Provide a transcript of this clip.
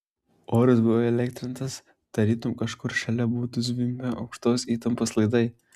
oras buvo įelektrintas tarytum kažkur šalia būtų zvimbę aukštos įtampos laidai